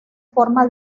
forma